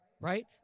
right